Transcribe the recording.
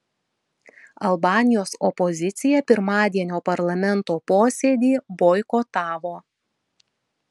albanijos opozicija pirmadienio parlamento posėdį boikotavo